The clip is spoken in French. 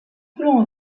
coulant